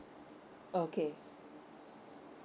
okay